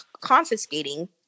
confiscating